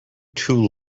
too